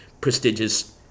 prestigious